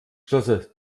klasse